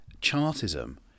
Chartism